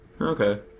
okay